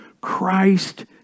Christ